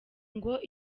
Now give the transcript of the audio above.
ngo